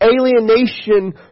alienation